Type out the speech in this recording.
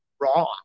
raw